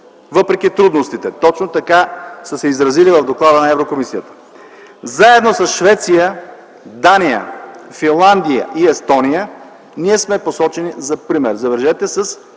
въпреки трудностите. Точно така са се изразили в доклада на Еврокомисията. Заедно с Швеция, Дания, Финландия и Естония ние сме посочени за пример. Забележете,